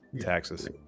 Taxes